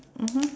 (uh huh)